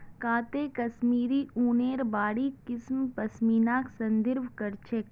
काते कश्मीरी ऊनेर बारीक किस्म पश्मीनाक संदर्भित कर छेक